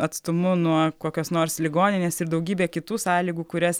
atstumu nuo kokios nors ligoninės ir daugybė kitų sąlygų kurias